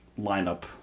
lineup